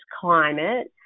climate